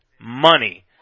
money